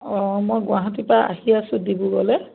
অঁ মই গুৱাহাটীৰপৰা আহি আছোঁ ডিব্ৰুগড়লৈ